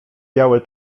białe